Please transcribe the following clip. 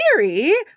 theory